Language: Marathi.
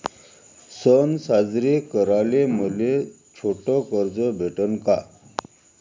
सन साजरे कराले मले छोट कर्ज भेटन का?